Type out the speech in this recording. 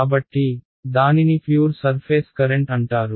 కాబట్టి దానిని pure surface current అంటారు